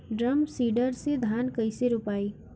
Drum seeder से धान कैसे रोपाई?